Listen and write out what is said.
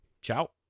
Ciao